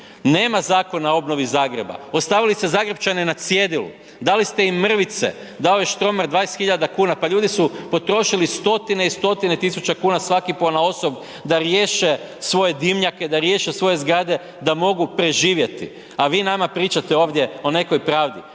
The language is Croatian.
Nema zakona o obnovi Zagreba, ostavili ste Zagrepčane na cjedilu, dali ste im mrvice, dao je Štromar 20 000 kuna, pa ljudi su potrošili stotine i stotine tisuća kuna svaki ponaosob da riješe svoj dimnjake, da riješe svoje zgrade da mogu preživjeti a vi nama pričate ovdje o nekoj pravdi.